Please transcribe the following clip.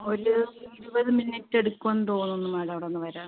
ഒരു ഇരുപത് മിനിറ്റ് എടുക്കുമെന്ന് തോന്നുന്നു മാഡം അവിടുന്ന് വരാൻ